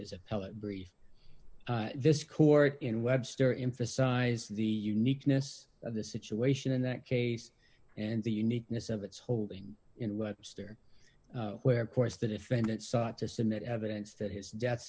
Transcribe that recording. appellate brief this court in webster emphasized the uniqueness of the situation in that case and the uniqueness of its holding in webster where of course the defendant sought to submit evidence that his death